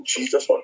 Jesus